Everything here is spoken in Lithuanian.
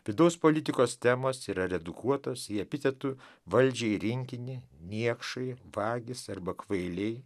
vidaus politikos temos yra redukuotos į epitetų valdžiai rinkinį niekšai vagys arba kvailiai